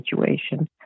situation